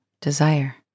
desire